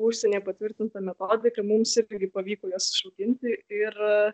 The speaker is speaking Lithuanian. užsienyje patvirtintą metodiką mums irgi pavyko juos išauginti ir